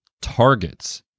targets